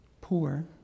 poor